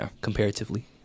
comparatively